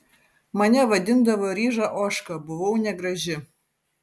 mane vadindavo ryža ožka buvau negraži